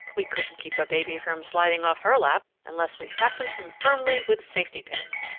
we couldn't keep a baby from sliding off her lap unless we fastened him firmly with safety pins.